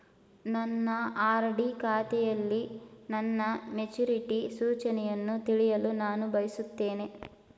ನನ್ನ ಆರ್.ಡಿ ಖಾತೆಯಲ್ಲಿ ನನ್ನ ಮೆಚುರಿಟಿ ಸೂಚನೆಯನ್ನು ತಿಳಿಯಲು ನಾನು ಬಯಸುತ್ತೇನೆ